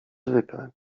zwykle